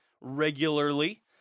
regularly